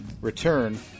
return